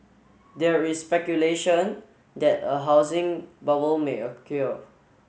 there is speculation that a housing bubble may occur